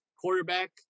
quarterback